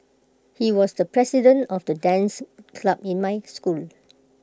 he was the president of the dance club in my school